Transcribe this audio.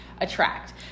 attract